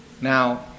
Now